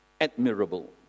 admirable